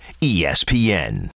ESPN